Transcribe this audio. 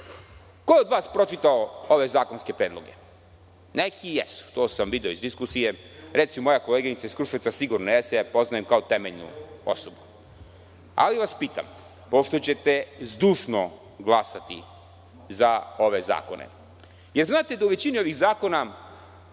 Ko je od vas pročitao ove zakonske predloge? Neki jesu, to sam video iz diskusije, recimo, moja koleginica iz Kruševca sigurno jeste, poznajem je kao temeljnu osobu. Ali, vas pitam, pošto ćete zdušno glasati za ove zakone, da li znate da u većini ovih zakona